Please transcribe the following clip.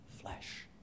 flesh